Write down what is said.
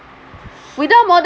without modern